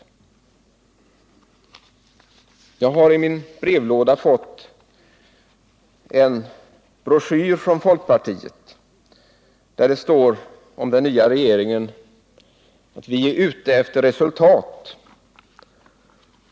Jag har i min brevlåda fått en broschyr från folkpartiet där det om den nya regeringen heter: Vi är ute efter resultat.